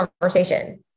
conversation